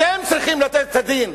אתם צריכים לתת את הדין.